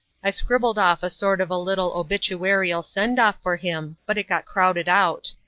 i scribbled off a sort of a little obituarial send-off for him, but it got crowded out.